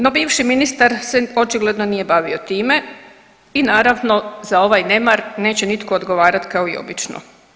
No bivši ministar se očigledno nije bavio time i naravno za ovaj nemar neće nitko odgovarati kao i obično.